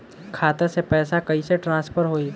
खाता से पैसा कईसे ट्रासर्फर होई?